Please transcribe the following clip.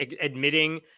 Admitting